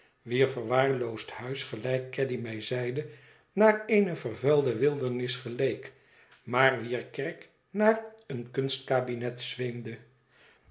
wier verwaarloosd huis gelijk caddy mij zeide naar eene vervuilde wildernis geleek maar wier kerk naar een kunstkabinet zweemde